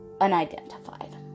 unidentified